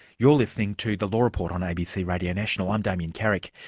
you're listening to the law report on abc radio national. i'm damien carrick.